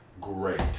Great